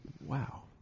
Wow